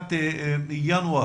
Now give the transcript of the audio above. לתחילת ינואר,